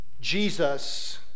Jesus